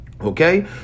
Okay